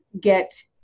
get